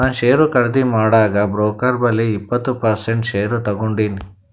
ನಾ ಶೇರ್ ಖರ್ದಿ ಮಾಡಾಗ್ ಬ್ರೋಕರ್ ಬಲ್ಲಿ ಇಪ್ಪತ್ ಪರ್ಸೆಂಟ್ ಶೇರ್ ತಗೊಂಡಿನಿ